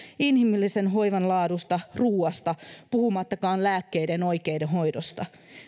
inhimillisen hoivan laadusta ruoasta puhumattakaan lääkkeiden oikein hoidosta